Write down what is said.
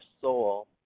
soul